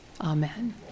amen